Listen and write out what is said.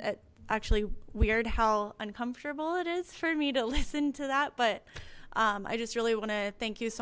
it's actually weird how uncomfortable it is for me to listen to that but i just really want to thank you so